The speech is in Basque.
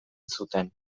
zuten